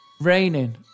Raining